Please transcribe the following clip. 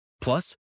Plus